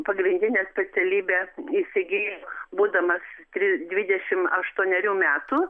pagrindinę specialybę įsigijo būdamas dvidešimt aštuonerių metų